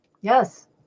Yes